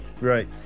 Right